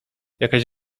jakaś